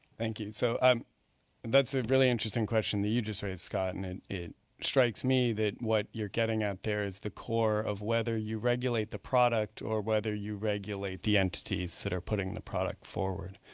thank you. so um and that's a really interesting question you just raised, scott. and and it strikes me that what you're getting at there is the core of whether you regulate the product or whether you regulate the entities that are putting the product forward.